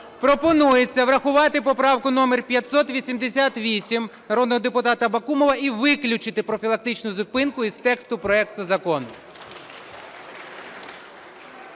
пропонується врахувати поправку номер 588 народного депутата Бакумова і виключити профілактичну зупинку із тексту проекту закону.